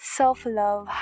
self-love